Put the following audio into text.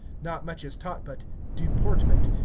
not much is taught but deportment,